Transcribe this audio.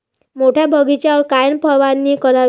मोठ्या बगीचावर कायन फवारनी करावी?